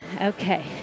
Okay